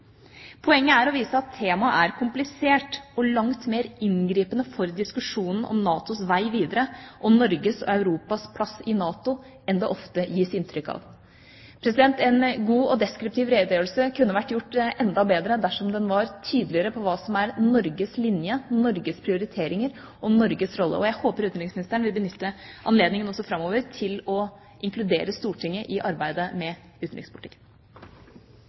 Poenget er å vise at temaet er komplisert og langt mer inngripende for diskusjonen om NATOs vei videre og Norges og Europas plass i NATO enn det ofte gis inntrykk av. En god og deskriptiv redegjørelse kunne vært gjort enda bedre dersom den var tydeligere på hva som er Norges linje, Norges prioriteringer og Norges rolle, og jeg håper utenriksministeren vil benytte anledningen også framover til å inkludere Stortinget i arbeidet med utenrikspolitikken.